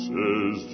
Says